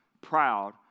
proud